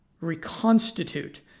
reconstitute